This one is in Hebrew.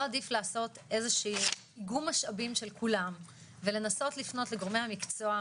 לא עדיף לעשות איזושהי גום משאבים של כולם ולנסות לפנות לגורמי המקצוע,